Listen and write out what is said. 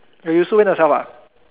oh you also went yourself ah